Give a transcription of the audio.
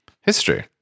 history